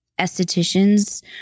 estheticians